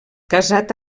casat